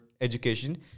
education